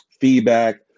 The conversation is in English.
feedback